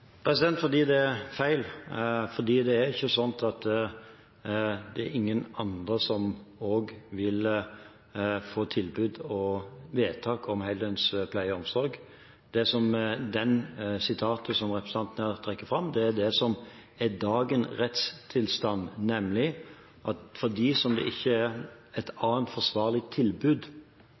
den? Fordi det er feil. Det er ikke sånn at ingen andre vil få tilbud og vedtak om heldøgns pleie og omsorg. Det sitatet som representanten Knutsen her trekker fram, er det som er dagens rettstilstand, nemlig at for dem som det ikke er et annet forsvarlig tilbud